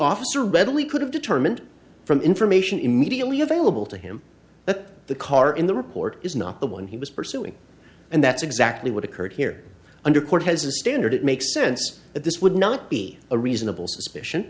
officer beverly could have determined from information immediately available to him that the car in the report is not the one he was pursuing and that's exactly what occurred here under court has a standard it makes sense that this would not be a reasonable suspicion